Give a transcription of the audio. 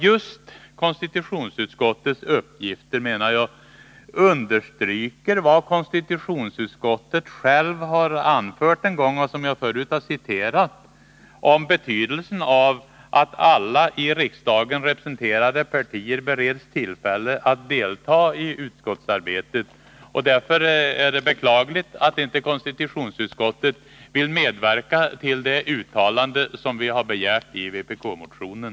Just konstitutionsutskottets uppgifter understryker vad konstitutionsutskottet självt har anfört en gång och som jag förut citerat om betydelsen av att alla i riksdagen representerade partier bereds tillfälle att delta i utskottsarbetet. Därför är det beklagligt att inte konstitutionsutskottet vill medverka till det uttalande som vi begärt i vpk-motionen.